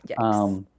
Yes